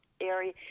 area